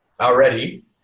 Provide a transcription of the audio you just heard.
already